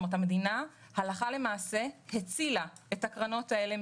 המדינה הלכה למעשה הצילה את הקרנות הללו,